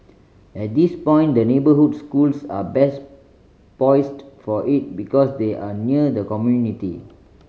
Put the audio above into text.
at this point the neighbourhood schools are best poised for it because they are near the community